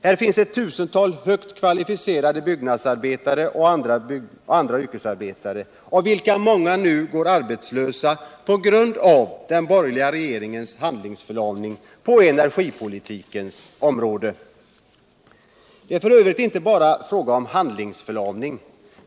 Här finns tusentals högt kvalificerade byggnadsarbetare och andra yrkesarbetare, av vilka många nu går arbetslösa på grund av den borgerliga regeringens handlingsförlamning på energipolitikens område. Det är f.ö. inte bara en fråga om handlingstörlamning.